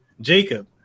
Jacob